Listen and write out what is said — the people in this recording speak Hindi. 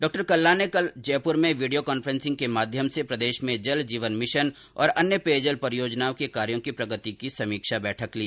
डॉ कल्ला ने कल जयपुर में वीडियो कांफ्रेंसिंग के माध्यम से प्रदेश में जल जीवन मिशन और अन्य पेयजल परियोजनाओं के कार्यों की प्रगति की समीक्षा बैठक ली